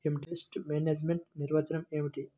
Pest management నిర్వచనం ఏమిటి?